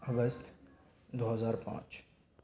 اگست دو ہزار پانچ